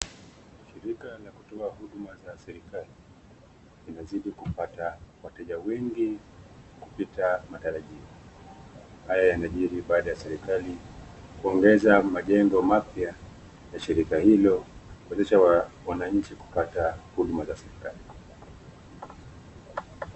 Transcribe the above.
Shirika ya kutoa huduma za serikali, inazidi kupata wateja wengi kupita matarajio. Haya yanajiri baadae ya serikali kuongeza majengo mapya ya shirika hilo kuwezesha wananchi kupata huduma za serikali.